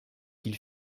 qu’il